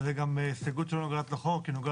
וזה גם הסתייגות שלא נוגעת לחוק.